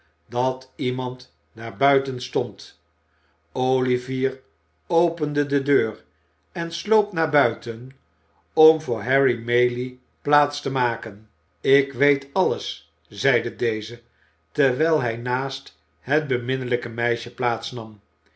dat iemand daar buiten stond o ivier opende de deur en sloop naar buiten om voor harry maylie plaats te maken ik weet alles zeide deze terwijl hij naast het beminnelijke meisje plaats nam